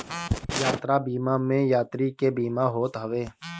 यात्रा बीमा में यात्री के बीमा होत हवे